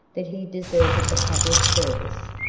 that he deserted the public service,